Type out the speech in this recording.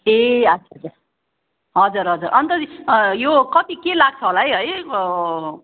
ए अच्छा अच्छा हजुर हजुर अन्त यो कति के लाग्छ होला है